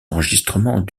enregistrements